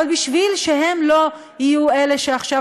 אבל בשביל שהם לא יהיו אלה שעכשיו